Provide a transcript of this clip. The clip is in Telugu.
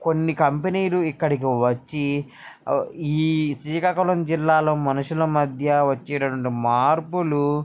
కొన్ని కంపెనీలు ఇక్కడికి వచ్చి ఈ శ్రీకాకుళం జిల్లాలో మనుషుల మధ్య వచ్చినట్టు మార్పులు